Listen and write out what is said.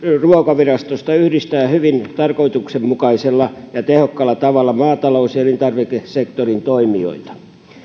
ruokavirastosta yhdistää hyvin tarkoituksenmukaisella ja tehokkaalla tavalla maatalous ja elintarvikesektorin toimijoita